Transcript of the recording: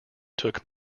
took